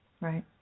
Right